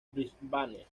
brisbane